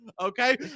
Okay